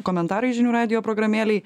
komentarai žinių radijo programėlėj